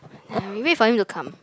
we wait for him to come